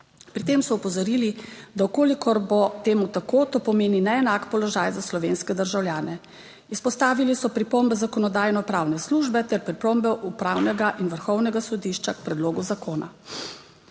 Pri tem so opozorili, da v kolikor bo temu tako, to pomeni neenak položaj za slovenske državljane. Izpostavili so pripombe zakonodajno-pravne službe ter pripombe upravnega in vrhovnega sodišča k predlogu zakona.